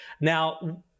now